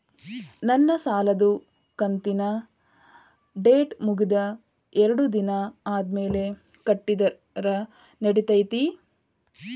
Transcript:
ನನ್ನ ಸಾಲದು ಕಂತಿನ ಡೇಟ್ ಮುಗಿದ ಎರಡು ದಿನ ಆದ್ಮೇಲೆ ಕಟ್ಟಿದರ ನಡಿತೈತಿ?